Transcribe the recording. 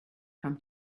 come